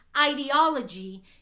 ideology